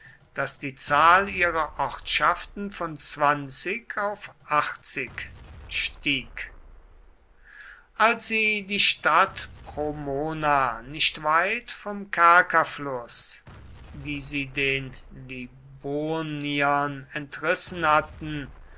daß die zahl ihrer ortschaften von zwanzig auf achtzig stieg als sie die stadt promona nicht weit vom kerkafluß die sie den liburniern entrissen hatten